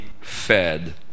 fed